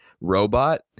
robot